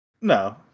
No